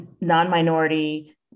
non-minority